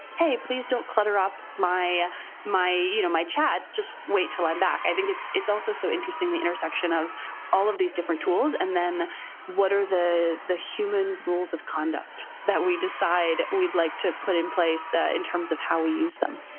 hey, please don't clutter up my my you know chat. just wait until i'm back? i think it's it's also so interesting the intersection of all of these different tools and then what are the the human rules of conduct that we decide we'd like to put in place in terms of how we use them.